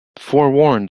forewarned